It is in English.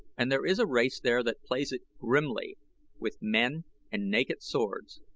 and there is a race there that plays it grimly with men and naked swords.